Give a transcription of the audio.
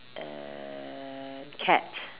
and cat